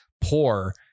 poor